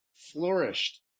flourished